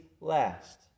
last